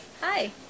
Hi